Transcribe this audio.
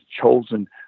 chosen